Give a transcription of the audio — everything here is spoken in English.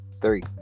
three